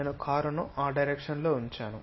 నేను కారును ఆ డైరెక్షన్ లో ఉంచాను